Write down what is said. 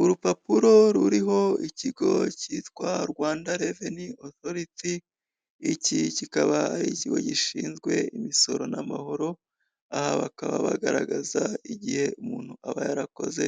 Urupapuro ruriho ikigo cyitwa Rwanda reveni otoriti, iki kikaba ari ikigo gishinzwe imisoro n'amahoro, aha bakaba bagaragaza igihe umuntu aba yarakoze